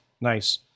nice